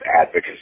advocacy